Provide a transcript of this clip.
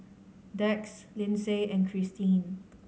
Dax Lyndsay and Christeen